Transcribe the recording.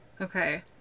Okay